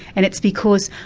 and it's because,